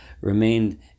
remained